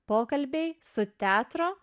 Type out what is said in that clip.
pokalbiai su teatro